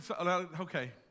Okay